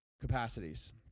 capacities